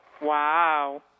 Wow